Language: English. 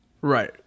Right